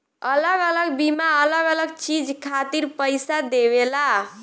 अलग अलग बीमा अलग अलग चीज खातिर पईसा देवेला